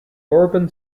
urban